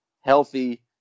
healthy